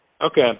Okay